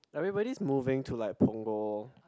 everybody's moving to like Punggol